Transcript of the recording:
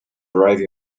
arrive